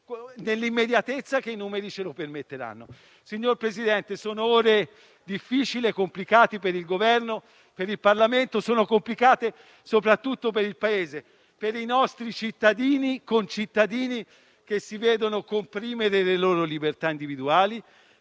intervento appena i numeri ce lo permetteranno. Signor Presidente, sono ore difficili e complicate per il Governo e per il Parlamento; sono complicate soprattutto per il Paese, per i nostri concittadini, che si vedono comprimere le loro libertà individuali,